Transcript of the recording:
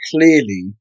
clearly